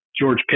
George